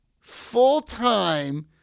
full-time